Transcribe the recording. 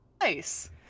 Nice